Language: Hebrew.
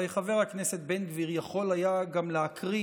הרי חבר הכנסת בן גביר יכול היה גם להקריא